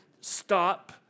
stop